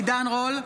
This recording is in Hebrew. עידן רול,